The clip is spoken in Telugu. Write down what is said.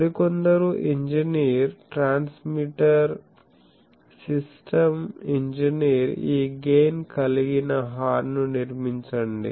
మరికొందరు ఇంజనీర్ ట్రాన్స్మిటర్ సిస్టమ్ ఇంజనీర్ ఈ గెయిన్ కలిగిన హార్న్ ను నిర్మించండి